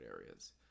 areas